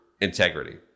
integrity